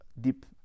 deep